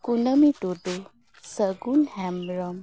ᱠᱩᱱᱟᱹᱢᱤ ᱴᱩᱰᱩ ᱥᱟᱹᱜᱩᱱ ᱦᱮᱢᱵᱨᱚᱢ